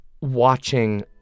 watching